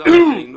חזר אלינו